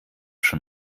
schon